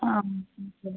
ஆ ஓகேங்க சார்